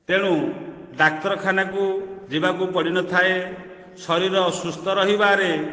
ତେଣୁ ଡାକ୍ତରଖାନାକୁ ଯିବାକୁ ପଡ଼ିନଥାଏ ଶରୀର ସୁସ୍ଥ ରହିବାରେ